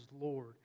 Lord